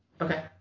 Okay